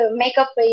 makeup